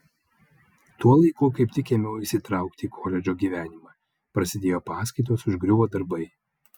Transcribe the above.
tuo laiku kaip tik ėmiau įsitraukti į koledžo gyvenimą prasidėjo paskaitos užgriuvo darbai